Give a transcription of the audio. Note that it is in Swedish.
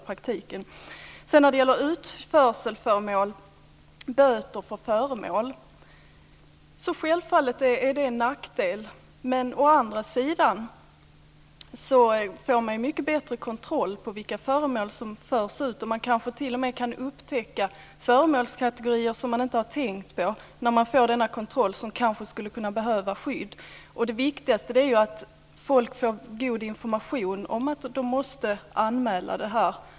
När det sedan gäller böter för utförsel av föremål, är det självfallet en nackdel. Men å andra sidan får man mycket bättre kontroll på vilka föremål som förs ut. När man får denna kontroll kanske man t.o.m. kan upptäcka föremålskategorier som man inte har tänkt på som kanske kan behöva skydd. Det viktigaste är att folk får god information om att de måste anmäla detta.